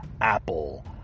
apple